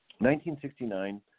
1969